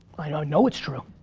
i know know it's true.